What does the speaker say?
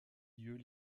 lieux